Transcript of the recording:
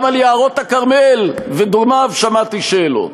גם על יערות הכרמל ודומיהם שמעתי שאלות.